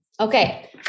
Okay